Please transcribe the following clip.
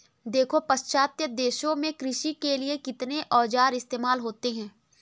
देखो पाश्चात्य देशों में कृषि के लिए कितने औजार इस्तेमाल होते हैं